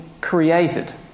created